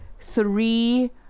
three